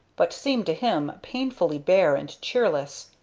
but seemed to him painfully bare and cheerless.